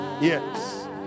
Yes